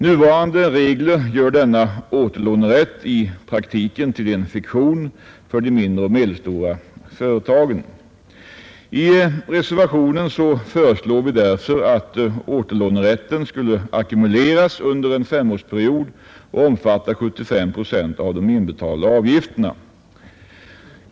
Nuvarande Ändrade regler regler gör denna återlånerätt i praktiken till en fiktion för de mindre och = för återlån från allmedelstora företagen. männa pensions I reservationen föreslås därför att återlånerätten skulle ackumuleras fonden under en femårsperiod och omfatta 75 procent av de inbetalda avgifterna.